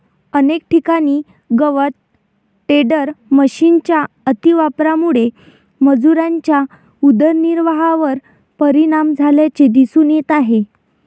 अनेक ठिकाणी गवत टेडर मशिनच्या अतिवापरामुळे मजुरांच्या उदरनिर्वाहावर परिणाम झाल्याचे दिसून येत आहे